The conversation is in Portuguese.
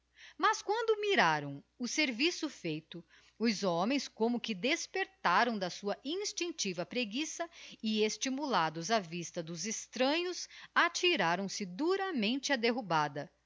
mas quando miraram o serviço feito os homens como que despertaram da sua instinctiva preguiça e estimulados á vista dos extranhos atiraram se duramente á derrubada